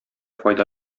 файда